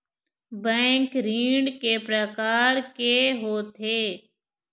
Bank ऋण के प्रकार के होथे?